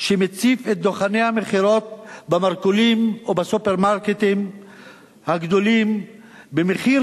שמציף את דוכני המכירות במרכולים או בסופרמרקטים הגדולים במחיר